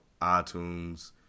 iTunes